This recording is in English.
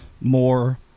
more